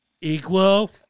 equal